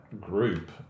Group